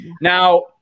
Now